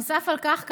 נוסף על כך,